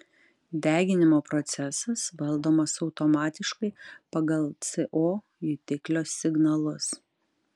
deginimo procesas valdomas automatiškai pagal co jutiklio signalus